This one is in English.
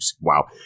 Wow